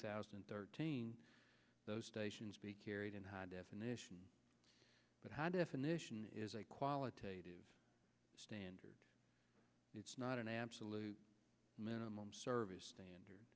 thousand and thirteen those stations be carried in high definition but how definition is a qualitative standard it's not an absolute minimum service standard